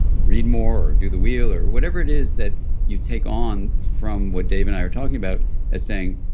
read more or do the wheel or whatever it is that you take on from what dave and i are talking about as saying,